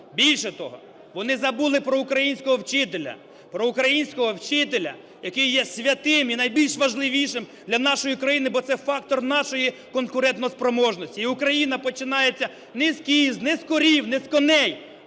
українського вчителя, про українського вчителя, який є святим і найбільш важливішим для нашої країни, бо це фактор нашої конкурентоспроможності. І Україна починається не з кіз, не з корів, не з коней,